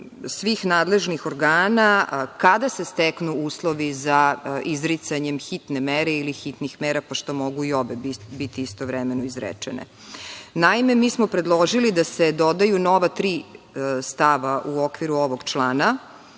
svih nadležnih organa kada se steknu uslovi za izricanjem hitne mere ili hitnih mera, pošto mogu i obe biti istovremeno izrečene. Naime, mi smo predložili da se dodaju nova tri stava u okviru ovog člana.